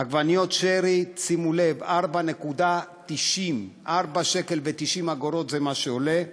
עגבניות שרי, שימו לב, 4.90 שקל, זה מה שעולה,